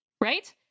right